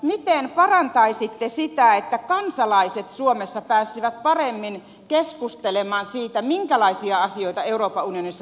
miten parantaisitte sitä että kansalaiset suomessa pääsisivät paremmin keskustelemaan siitä minkälaisia asioita euroopan unionissa tulee käsittelyyn